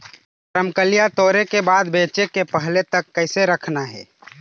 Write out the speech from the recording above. रमकलिया टोरे के बाद बेंचे के पहले तक कइसे रखना हे?